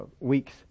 weeks